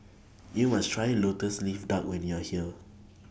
YOU must Try Lotus Leaf Duck when YOU Are here